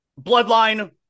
Bloodline